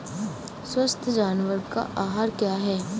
स्वस्थ जानवर का आहार क्या है?